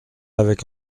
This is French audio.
avec